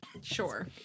sure